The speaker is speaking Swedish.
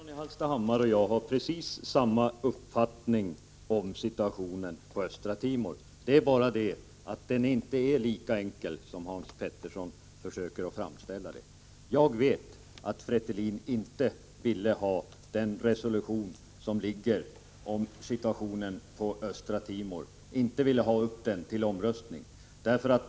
Herr talman! Hans Petersson i Hallstahammar och jag har precis samma uppfattning om situationen på Östra Timor. Det är bara det att den inte är lika enkel som Hans Petersson försöker att framställa den. Jag vet att Fretilin inte ville ha omröstning om resolutionen beträffande situationen på Östra Timor.